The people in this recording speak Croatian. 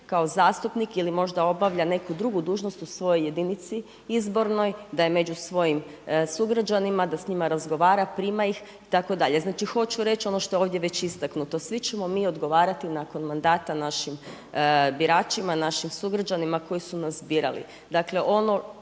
kao zastupnik ili možda obavlja neku drugu dužnost u svojoj jedinici izbornoj, da je među svojim sugrađanima, da s njima razgovara, prima ih, itd... Znači hoću reći ono što je ovdje već istaknuto. Svi ćemo mi odgovarati nakon mandata našim biračima, našim sugrađanima koji su nas birali.